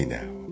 now